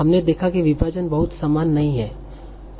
हमने देखा कि विभाजन बहुत समान नहीं है